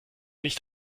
nicht